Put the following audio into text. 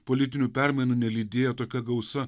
politinių permainų nelydėjo tokia gausa